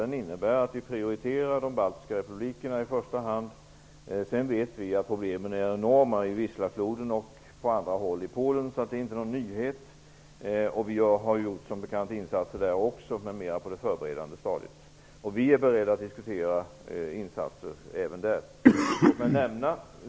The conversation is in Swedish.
Den innebär att vi prioriterar de baltiska republikerna i första hand. Vi vet att problemen är enorma i Wislafloden och på andra håll i Polen. Det är inte någon nyhet. Vi har som bekant gjort insatser där också, men mer på det förberedande stadiet. Vi är beredda att diskutera insatser även där.